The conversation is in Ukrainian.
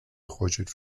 хочуть